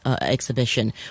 exhibition